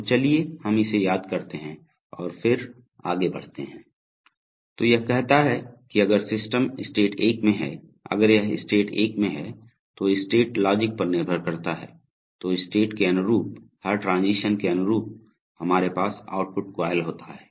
तो चलिए हम इसे याद करते हैं और फिर आगे बढ़ते हैं तो यह कहता है कि अगर सिस्टम स्टेट 1 में है अगर यह स्टेट 1 में है जो स्टेट लॉजिक पर निर्भर करता है तो स्टेट के अनुरूप हर ट्रांजीशन के अनुरूप हमारे पास आउटपुट कॉइल होता है